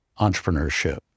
entrepreneurship